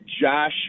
Josh